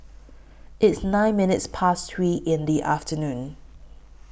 its nine minutes Past three in The afternoon